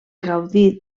gaudir